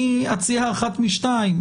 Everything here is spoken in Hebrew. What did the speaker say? אני אציע אחת משתיים,